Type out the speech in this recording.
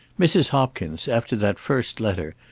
mrs. hopkins, after that first letter,